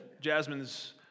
Jasmine's